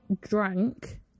drank